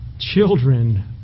Children